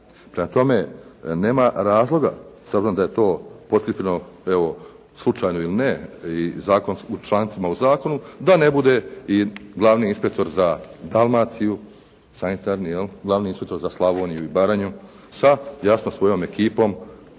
Prema tome nema razloga, s obzirom da je to potkrijepljeno evo slučajno ili ne, i u člancima u zakonu, da ne bude i glavni inspektor za Dalmaciju sanitarni jel, glavni inspektor za Slavoniju i Baranju sa jasno svojom ekipom